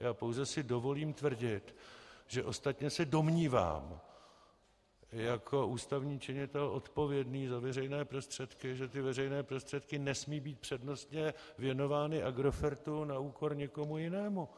Já si pouze dovolím tvrdit, že a ostatně se domnívám jako ústavní činitel odpovědný za veřejné prostředky že veřejné prostředky nesmějí být přednostně věnovány Agrofertu na úkor někoho jiného.